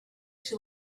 she